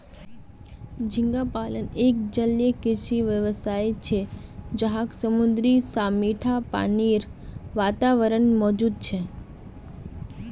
झींगा पालन एक जलीय कृषि व्यवसाय छे जहाक समुद्री या मीठा पानीर वातावरणत मौजूद छे